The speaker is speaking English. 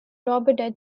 robert